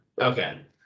Okay